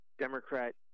democrat